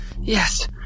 Yes